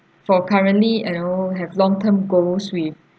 for currently you know have long term goals with